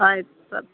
ಆಯ್ತು ಸರ್